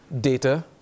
data